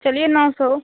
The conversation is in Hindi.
चलिए नौ सौ